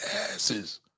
asses